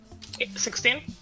16